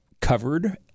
covered